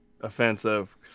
offensive